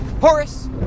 Horace